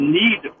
need